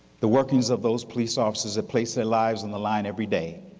the workings of those police officers that place their lives on the line every day,